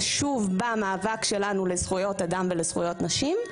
חשוב במאבק שלנו לזכויות אדם ולזכויות נשים,